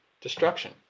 destruction